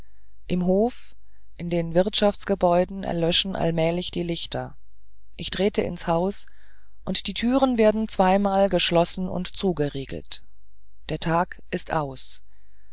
im hof in den wirtschaftsgebäuden verlöschen allmählich die lichter ich trete ins haus und die türen werden zweimal verschlossen und zugeriegelt der tag ist aus